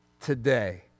today